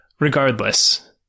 Regardless